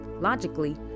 Logically